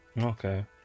Okay